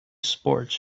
sports